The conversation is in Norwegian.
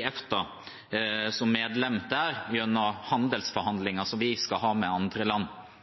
EFTA, som medlem der, gjennom handelsforhandlinger som vi skal ha med andre land.